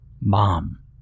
Mom